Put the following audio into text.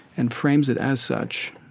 and frames it as such,